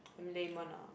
lame one ah